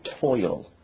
toil